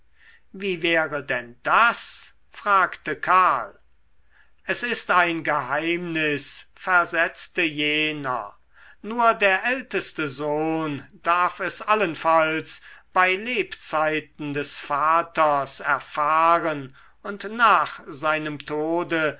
wie wäre denn das fragte karl es ist ein geheimnis versetzte jener nur der älteste sohn darf es allenfalls bei lebzeiten des vaters erfahren und nach seinem tode